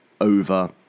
over